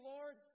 Lord